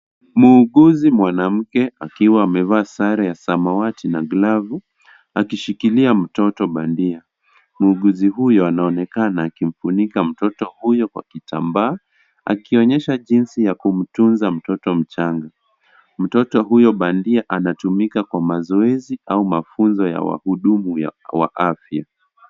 Muuguzi mwanamke akiwa amevaa sare ya samawati na glavu akishikilia mtoto bandia. Muuguzi huyo anaonekana akimfunika mtoto huyo Kwa kitambaa akionyesha jinsi ya kumtunza mtoto mchanga . Mtoto huyo bandia anatumika Kwa mazoezi au mafunzo ya wahudumu wa afya.